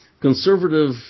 conservative